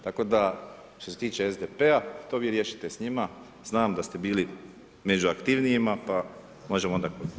Tako da što se tiče SDP-a to vi riješite s njima, znam da ste bili među aktivnijima pa možemo ona